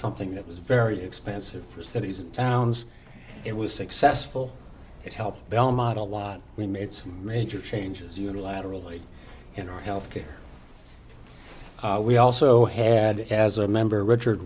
something that was very expensive for cities and towns it was successful it helped belmont a lot we made some major changes unilaterally in our health care we also had as a member richard